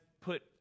put